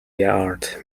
art